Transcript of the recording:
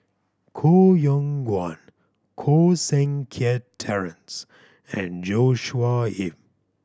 Koh Yong Guan Koh Seng Kiat Terence and Joshua Ip